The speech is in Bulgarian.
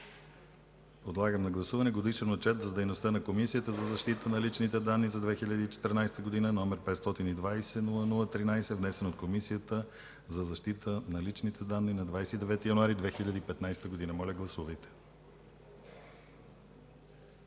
Подлагам на гласуване Годишен отчет за дейността на Комисията за защита на личните данни за 2014 г., № 520-00-13, внесен от Комисията за защита на личните данни на 29 януари 2015 г. Гласували